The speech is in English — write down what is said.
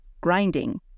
Grinding